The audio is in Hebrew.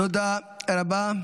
תודה רבה.